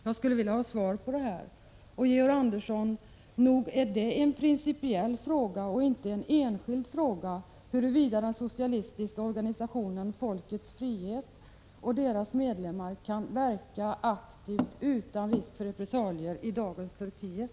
Jag skulle vilja ha svar på den frågan. Och, Georg Andersson, nog är det en principiell och inte en enskild fråga, huruvida den socialistiska organisationen Folkets frihet och dess medlemmar kan verka aktivt utan risk för repressalier i dagens Turkiet.